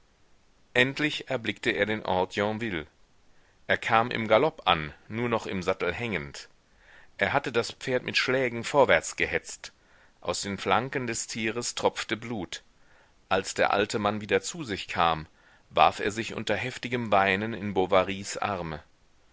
endlich erblickte er den ort yonville er kam im galopp an nur noch im sattel hängend er hatte das pferd mit schlägen vorwärts gehetzt aus den flanken des tieres tropfte blut als der alte mann wieder zu sich kam warf er sich unter heftigem weinen in bovarys arme